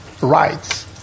rights